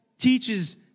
teaches